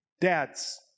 Dads